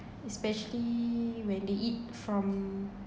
especially when they eat from